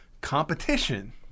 competition